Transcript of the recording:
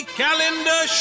calendar